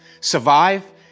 survive